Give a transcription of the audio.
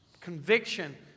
conviction